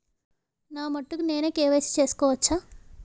నా మటుకు నేనే కే.వై.సీ చేసుకోవచ్చా?